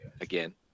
again